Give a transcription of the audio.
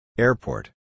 Airport